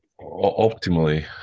optimally